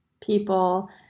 people